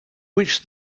which